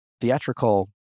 theatrical